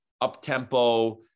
up-tempo